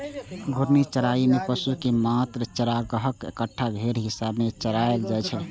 घूर्णी चराइ मे पशु कें मात्र चारागाहक एकटा घेरल हिस्सा मे चराएल जाइ छै